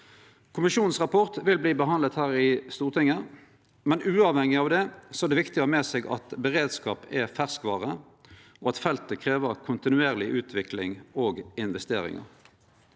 kommisjonen vil verte behandla her i Stortinget, men uavhengig av det er det viktig å ha med seg at beredskap er ferskvare, og at feltet krev kontinuerleg utvikling og investeringar.